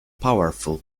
powerful